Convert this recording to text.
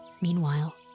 Meanwhile